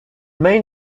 main